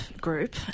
group